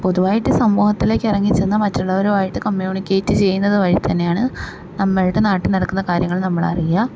പൊതുവായിട്ട് സമൂഹത്തിലേക്ക് ഇറങ്ങി ചെന്നാൽ മറ്റുള്ളവരുവായിട്ട് കമ്യൂണിക്കേറ്റ് ചെയ്യുന്നത് വഴി തന്നെയാണ് നമ്മളുടെ നാട്ടിൽ നടക്കുന്ന കാര്യങ്ങൾ നമ്മൾ അറിയുക